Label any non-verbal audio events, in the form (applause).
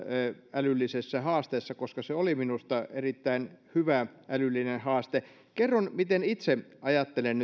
älyllisessä haasteessa koska se oli minusta erittäin hyvä älyllinen haaste kerron miten itse ajattelen (unintelligible)